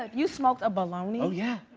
ah you smoked a bologna? oh, yeah.